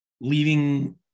leaving